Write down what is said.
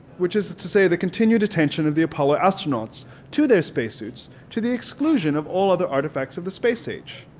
which is to say the continued attention of the apollo astronauts to their spacesuits to the exclusion of all other artifacts of the space age.